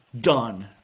done